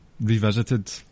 revisited